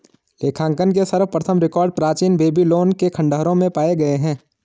लेखांकन के सर्वप्रथम रिकॉर्ड प्राचीन बेबीलोन के खंडहरों में पाए गए हैं